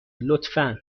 لطفا